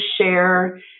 share